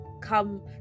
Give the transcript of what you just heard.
Come